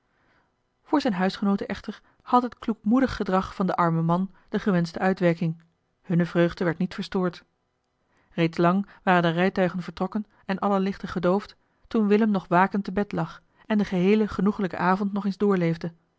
voor zijne huisgenooten echter had het kloekmoedig gedrag van den armen man de gewenschte uitwerking hunne vreugde werd niet verstoord reeds lang waren de rijtuigen vertrokken en alle lichten gedoofd toen willem nog wakend te bed lag en den geheelen genoegelijken avond nog eens doorleefde